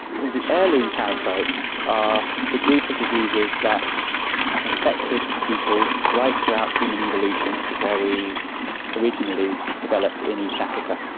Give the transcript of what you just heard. well, the heirloom parasites are the group of diseases that have affected people right throughout human evolution, where we originally developed in east africa.